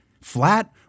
Flat